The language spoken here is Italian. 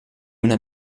una